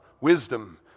wisdom